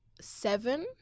seven